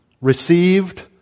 received